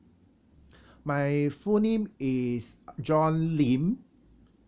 my full name is john lim